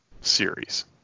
series